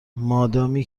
مادامی